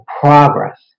progress